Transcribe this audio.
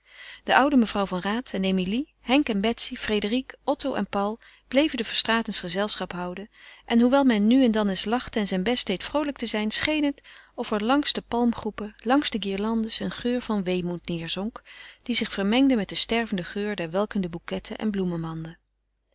de oude mevrouw van raat en emilie henk en betsy frédérique otto en paul bleven de verstraetens gezelschap houden en hoewel men nu en dan eens lachte en zijn best deed vroolijk te zijn scheen het of er langs de guirlandes een geur van weemoed neêrzonk die zich vermengde met den stervenden geur der welkende bouquetten en bloemenmanden